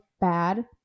bad